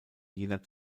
jener